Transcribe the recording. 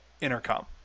intercom